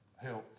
health